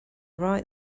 right